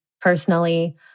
personally